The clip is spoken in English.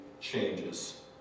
changes